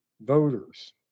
voters